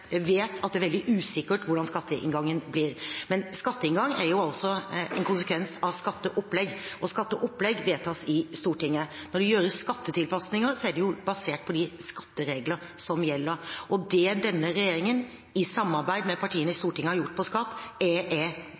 vet at det er veldig usikkert hvordan skatteinngangen blir. Skatteinngang er jo en konsekvens av skatteopplegg, og skatteopplegg vedtas i Stortinget. Når det gjøres skattetilpasninger, er de basert på de skattereglene som gjelder. Det denne regjeringen har gjort innenfor skatt i samarbeid med partiene i Stortinget, er jeg